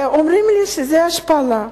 ואומרים לי שזו השפלה,